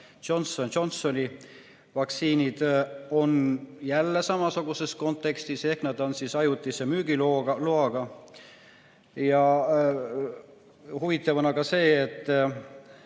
Johnson & Johnsoni vaktsiinid ja need on jälle samasuguses kontekstis ehk nad on ajutise müügiloaga. Huvitav on aga see, et